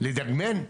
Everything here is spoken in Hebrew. לדגמן?